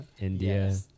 India